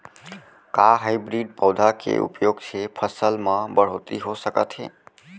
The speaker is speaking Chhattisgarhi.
का हाइब्रिड पौधा के उपयोग से फसल म बढ़होत्तरी हो सकत हे?